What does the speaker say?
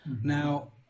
Now